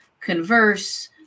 converse